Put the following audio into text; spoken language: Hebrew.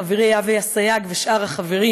חברי אבי אסייג ושאר החברים,